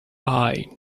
eye